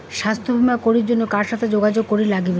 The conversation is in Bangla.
স্বাস্থ্য বিমা করির জন্যে কার সাথে যোগাযোগ করির নাগিবে?